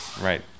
right